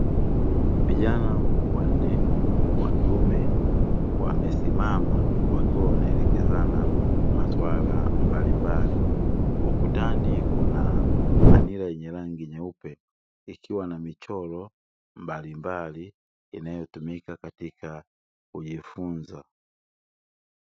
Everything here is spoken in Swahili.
Vijana wanne wa kiume wamesimama wakiwa wanaelekezana maswala mbalimbali ukutani kuna manira yenye rangi nyeupe ikiwa na michoro mbalimbali inayotumika katika kujifunza.